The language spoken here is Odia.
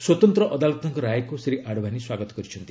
ସ୍ୱତନ୍ତ୍ର ଅଦାଲତଙ୍କ ରାୟକୁ ଶ୍ରୀ ଆଡଭାନୀ ସ୍ୱାଗତ କରିଛନ୍ତି